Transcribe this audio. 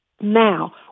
Now